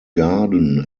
garden